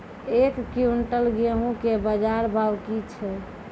एक क्विंटल गेहूँ के बाजार भाव की छ?